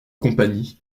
compagnie